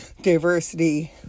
diversity